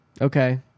Okay